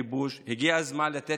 הגיע הזמן לסיים את הכיבוש,